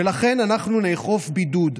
ולכן אנחנו נאכוף בידוד.